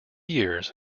years